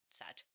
sad